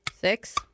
Six